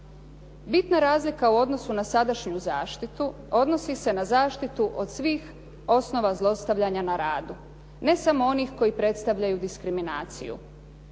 Bitna razlika u odnosu na sadašnju zaštitu odnosi se na zaštitu od svih osnova zlostavljanja na radu ne samo onih koji predstavljaju diskriminaciju,